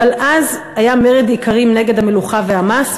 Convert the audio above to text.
אבל אז היה מרד איכרים נגד המלוכה והמס,